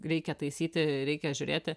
reikia taisyti reikia žiūrėti